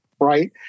right